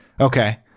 Okay